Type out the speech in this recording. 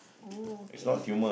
oh okay